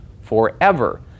forever